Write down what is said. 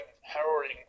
harrowing